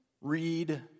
read